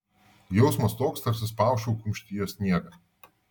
jausmas toks tarsi spausčiau kumštyje sniegą